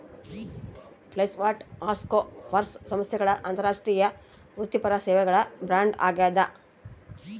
PricewaterhouseCoopers ಸಂಸ್ಥೆಗಳ ಅಂತಾರಾಷ್ಟ್ರೀಯ ವೃತ್ತಿಪರ ಸೇವೆಗಳ ಬ್ರ್ಯಾಂಡ್ ಆಗ್ಯಾದ